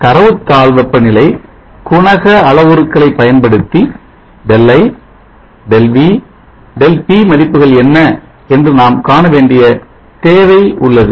தரவு தாள் வெப்பநிலை குணக அளவுருக்களை பயன்படுத்தி Δi Δv Δp மதிப்புகள் என்ன என்று நாம் காண வேண்டிய தேவை உள்ளது